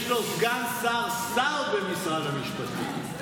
יש לו סגן שר, שר במשרד המשפטים.